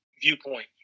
viewpoint